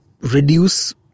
reduce